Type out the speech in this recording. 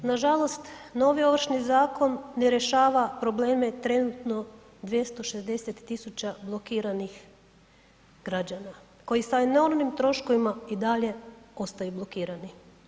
Nažalost, novi Ovršni zakon ne rješava probleme trenutno 260 000 blokiranih građana koji sa enormnim troškovima i dalje ostaju blokirani.